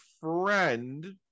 friend